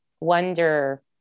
wonder